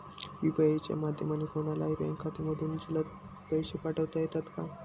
UPI च्या माध्यमाने कोणलाही बँक खात्यामधून जलद पैसे पाठवता येतात का?